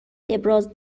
ابراز